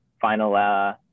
final